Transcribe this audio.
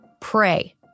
Pray